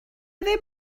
ddim